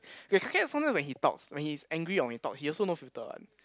okay Ka-Kiet sometimes when he talks when he's angry or when he talk he also no filter one